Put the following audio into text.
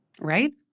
right